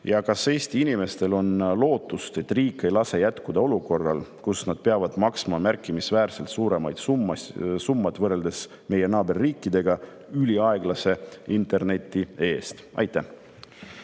"Kas Eesti inimestel on lootust, et riik ei lase jätkuda olukorral, kus nad peavad maksma märkimisväärselt suuremaid [summasid] võrreldes meie naaberriikidega üliaeglase interneti eest?"